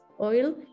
oil